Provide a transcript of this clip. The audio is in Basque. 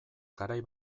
garai